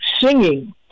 singing